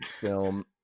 film